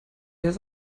heißt